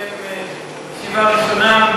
לקיים ישיבה ראשונה,